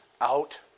Out